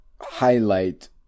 highlight